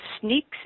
sneaks